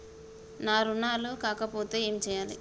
నా రుణాలు కాకపోతే ఏమి చేయాలి?